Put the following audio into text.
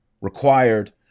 required